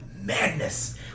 madness